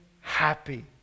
happy